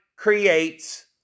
creates